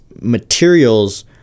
materials